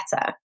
better